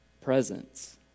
Presence